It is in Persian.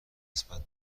نسبت